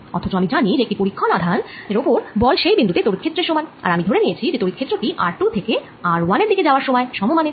অথচ আমি জানি যে একটি পরীক্ষন আধান এর ওপর বল সেই বিন্দু তে তড়িৎ ক্ষেত্রের সমান আর আমরা ধরে নিয়েছি যে তড়িৎ ক্ষেত্র টি r2 থেকে r1 এর দিকে যাওয়ার সময় সমমানের